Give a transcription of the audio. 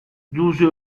douze